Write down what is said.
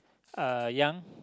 uh young